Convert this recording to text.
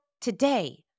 today